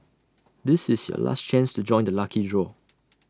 this is your last chance to join the lucky draw